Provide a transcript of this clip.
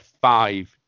five